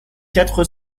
quatre